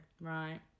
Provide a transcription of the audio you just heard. Right